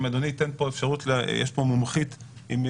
אם אדוני ייתן פה אפשרות למומחית מהתחום,